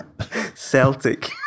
Celtic